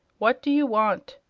what do you want?